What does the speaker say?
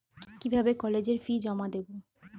কিভাবে কলেজের ফি জমা দেবো?